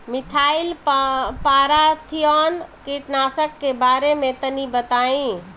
Methyl parathion कीटनाशक के बारे में तनि बताई?